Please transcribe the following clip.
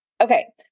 Okay